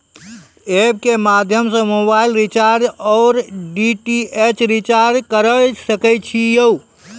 App के माध्यम से मोबाइल रिचार्ज ओर डी.टी.एच रिचार्ज करऽ सके छी यो?